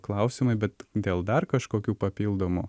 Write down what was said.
klausimai bet dėl dar kažkokių papildomų